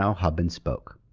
hub and spoke.